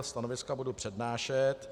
Stanoviska budu přednášet.